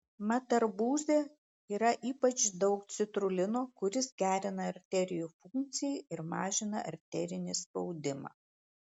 mat arbūze yra ypač daug citrulino kuris gerina arterijų funkciją ir mažina arterinį spaudimą